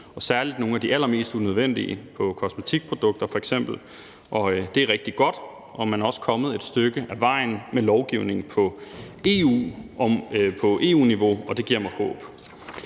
særlig nogle af de allermest unødvendige, f.eks. i forbindelse med kosmetikprodukter. Det er rigtig godt. Man er også kommet et stykke af vejen med lovgivning på EU-niveau, og det giver mig håb.